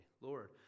Lord